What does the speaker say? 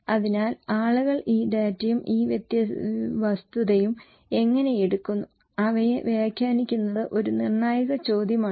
അതിനാൽ ആളുകൾ ഈ ഡാറ്റയും ഈ വസ്തുതയും എങ്ങനെ എടുക്കുന്നു അവയെ വ്യാഖ്യാനിക്കുന്നത് ഒരു നിർണായക ചോദ്യമാണ്